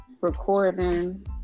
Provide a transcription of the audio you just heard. recording